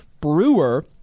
Brewer